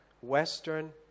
Western